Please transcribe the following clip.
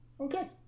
okay